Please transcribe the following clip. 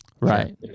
Right